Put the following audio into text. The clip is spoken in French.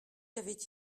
avait